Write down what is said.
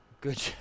Good